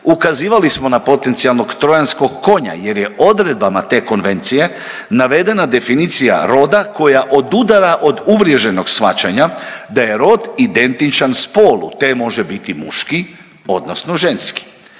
ukazivali smo na potencijalnog Trojanskog konja jer je odredbama te konvencije navedena definicija roda koja odudara od uvriježenog shvaćanja da je rod identičan spolu te može biti muški odnosno ženski.